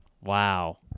Wow